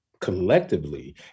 collectively